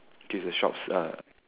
okay the shops uh